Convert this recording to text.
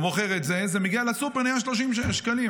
אבל כשזה מגיע לסופר זה עולה 30 שקלים.